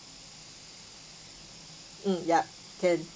mm yup can